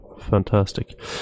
fantastic